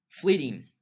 Fleeting